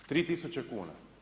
3000 kuna.